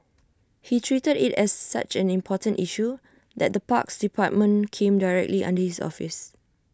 he treated IT as such an important issue that the parks department came directly under his office